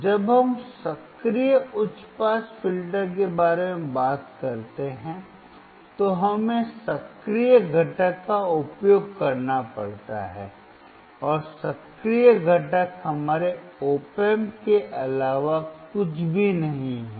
जब हम सक्रिय उच्च पास फिल्टर के बारे में बात करते हैं तो हमें सक्रिय घटक का उपयोग करना पड़ता है और सक्रिय घटक हमारे Op Amp के अलावा कुछ भी नहीं है